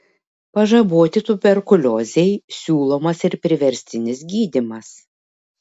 pažaboti tuberkuliozei siūlomas ir priverstinis gydymas